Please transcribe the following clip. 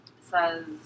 says